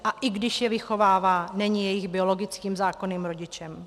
A i když je vychovává, není jejich biologickým zákonným rodičem.